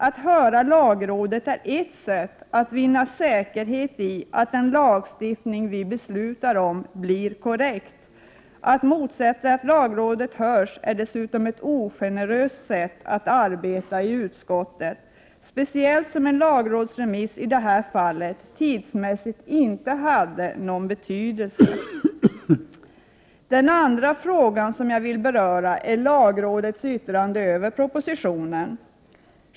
Att höra lagrådet är ett sätt att vinna säkerhet i att den lagstiftning vi beslutar om blir korrekt. Att motsätta sig att lagrådet hörs är dessutom ett ogeneröst sätt att arbeta på i utskottet, speciellt som en lagrådsremiss i detta fall tidsmässigt inte hade någon betydelse. Den andra frågan som jag vill beröra är lagrådets yttrande över propositionen.